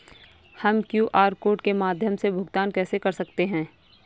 हम QR code के माध्यम से भुगतान कैसे कर सकते हैं?